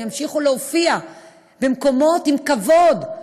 הם ימשיכו להופיע במקומות עם כבוד,